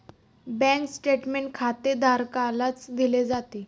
bank statement खातेधारकालाच दिले जाते